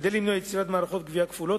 כדי למנוע יצירת מערכות גבייה כפולות,